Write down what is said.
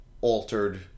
altered